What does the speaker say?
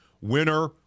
Winner